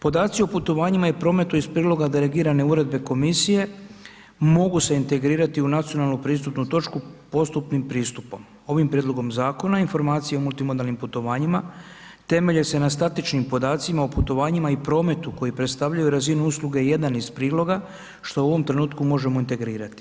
Podaci o putovanjima i prometu iz priloga delegirane uredbe komisije mogu se integrirati u nacionalu pristupnu točku postupnim pristupom, ovim prijedlogom zakona informacije o multimodalnim putovanjima temelje se na statičnim podacima o putovanjima i prometu koji predstavljaju razinu usluge jedan iz priloga, što u ovom trenutku možemo integrirati.